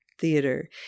Theater